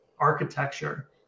architecture